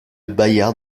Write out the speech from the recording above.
bayard